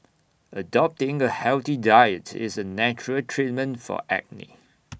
adopting A healthy diets is A natural treatment for acne